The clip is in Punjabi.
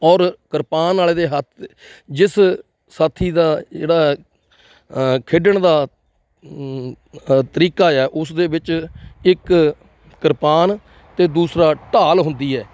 ਔਰ ਕਿਰਪਾਨ ਵਾਲੇ ਦੇ ਹੱਥ ਜਿਸ ਸਾਥੀ ਦਾ ਜਿਹੜਾ ਅ ਖੇਡਣ ਦਾ ਤਰੀਕਾ ਆ ਉਸ ਦੇ ਵਿੱਚ ਇੱਕ ਕਿਰਪਾਨ ਅਤੇ ਦੂਸਰਾ ਢਾਲ ਹੁੰਦੀ ਹੈ